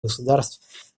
государств